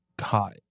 hot